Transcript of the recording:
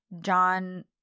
John